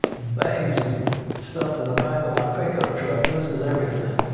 bags of stuff in the back of my pickup truck. this is everything.